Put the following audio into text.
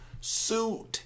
suit